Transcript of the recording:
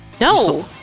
no